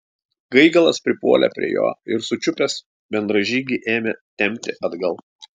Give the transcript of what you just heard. gaigalas pripuolė prie jo ir sučiupęs bendražygį ėmė tempti atgal